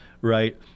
right